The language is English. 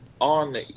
on